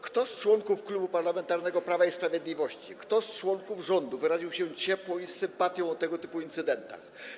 Kto z członków Klubu Parlamentarnego Prawo i Sprawiedliwość, kto z członków rządu wyraził się ciepło i z sympatią o tego typu incydentach?